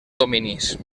dominis